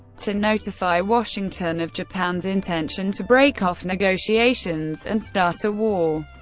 to notify washington of japan's intention to break off negotiations and start a war,